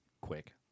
Quick